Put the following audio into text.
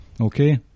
Okay